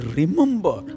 remember